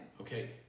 Okay